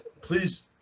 Please